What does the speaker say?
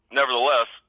nevertheless